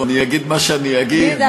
אני אגיד מה שאני אגיד,